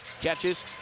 Catches